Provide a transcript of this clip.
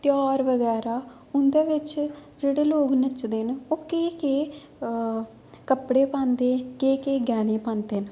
ध्यार बगैरा उंदे बिच्च जेह्ड़े लोक नच्चदे न ओह् केह् केह् कपड़े पांदे केह् केह् गैह्ने पांदे न